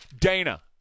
dana